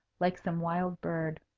like some wild bird.